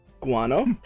Guano